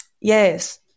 Yes